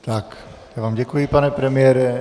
Já vám děkuji, pane premiére.